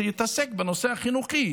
שתעסוק בנושא החינוכי,